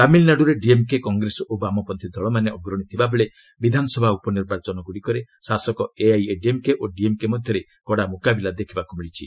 ତାମିଲନାଡୁରେ ଡିଏମ୍କେ କଂଗ୍ରେସ ଓ ବାମପତ୍ରୀ ଦଳମାନେ ଅଗ୍ରଣୀ ଥିବା ବେଳେ ବିଧାନସଭା ଉପନିର୍ବାଚନ ଗ୍ରଡ଼ିକରେ ଶାସକ ଏଆଇଏଡିଏମ୍କେ ଓ ଡିଏମ୍କେ ମଧ୍ୟରେ କଡ଼ା ମୁକାବିଲା ଦେଖିବାକୁ ମିଳିଛି